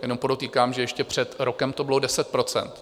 Jenom podotýkám, že ještě před rokem to bylo 10 %.